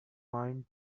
mind